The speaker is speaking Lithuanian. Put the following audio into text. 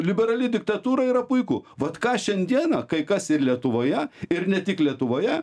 liberali diktatūra yra puiku vat ką šiandieną kai kas ir lietuvoje ir ne tik lietuvoje